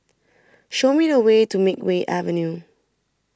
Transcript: Show Me The Way to Makeway Avenue